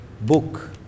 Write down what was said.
book